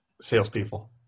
Salespeople